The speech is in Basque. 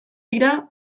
dira